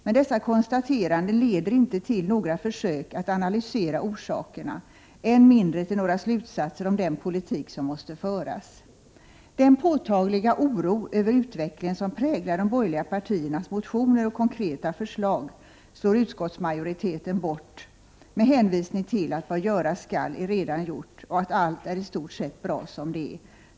Men dessa konstateranden leder inte till några försök att analysera orsakerna, än mindre till några slutsatser om den politik som'måste föras. Den påtagliga oro över utvecklingen som präglar de borgerliga partiernas motioner och konkreta förslag slår utskottsmajoriteten bort med hänvisning till att vad göras skall är redan gjort och att allt är i stort sett bra som det är.